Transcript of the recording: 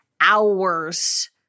hours